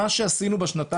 כמובן שמר רוזן לא הזכיר,